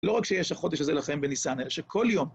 לא רק שיש החודש הזה לכם בניסן, אלא שכל יום.